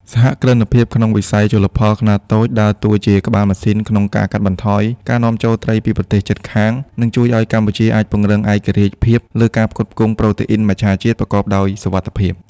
សហគ្រិនភាពក្នុងវិស័យជលផលខ្នាតតូចដើរតួជាក្បាលម៉ាស៊ីនក្នុងការកាត់បន្ថយការនាំចូលត្រីពីប្រទេសជិតខាង និងជួយឱ្យកម្ពុជាអាចពង្រឹងឯករាជ្យភាពលើការផ្គត់ផ្គង់ប្រូតេអ៊ីនមច្ឆជាតិប្រកបដោយសុវត្ថិភាព។